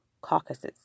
caucuses